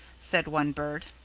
said one bird.